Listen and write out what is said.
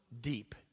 deep